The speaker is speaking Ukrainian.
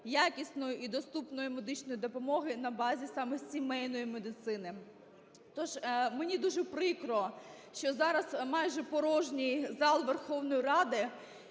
якісної і доступної медичної допомоги на базі саме сімейної медицини. Тож мені дуже прикро, що зараз майже порожній зал Верховної Ради.